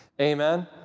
Amen